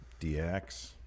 DX